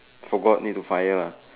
forgot need to fire lah